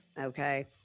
okay